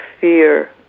fear